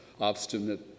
obstinate